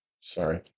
sorry